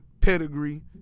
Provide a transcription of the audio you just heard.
pedigree